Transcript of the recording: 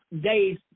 days